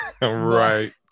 right